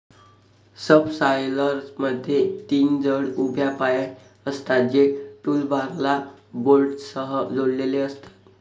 सबसॉयलरमध्ये तीन जड उभ्या पाय असतात, जे टूलबारला बोल्टसह जोडलेले असतात